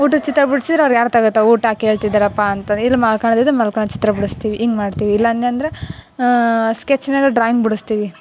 ಊಟದ ಚಿತ್ರ ಬಿಡ್ಸಿರೋರು ಯಾರು ತಗೊಳ್ತ ಊಟ ಕೇಳ್ತಿದ್ದಾರಪ್ಪ ಅಂತಂದು ಇಲ್ಲಿ ಮಲ್ಕೊಳ್ಳೋದು ಇದ್ದರೆ ಮಲ್ಕೊಳೋದು ಚಿತ್ರ ಬಿಡಿಸ್ತೀವಿ ಹಿಂಗೆ ಮಾಡ್ತೀವಿ ಇಲ್ಲ ಅನ್ನಿ ಅಂದ್ರ ಸ್ಕೆಚ್ನಲ್ಲೂ ಡ್ರಾಯಿಂಗ್ ಬಿಡಿಸ್ತೀವಿ